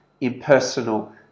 impersonal